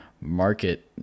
market